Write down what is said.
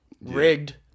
rigged